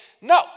No